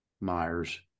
Myers